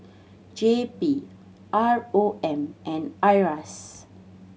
J P R O M and IRAS